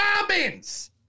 robins